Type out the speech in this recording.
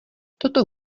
toto